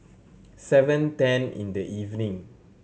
seven ten in the evening